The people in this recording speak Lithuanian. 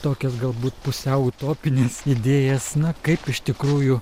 tokias galbūt pusiau utopines idėjas na kaip iš tikrųjų